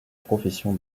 profession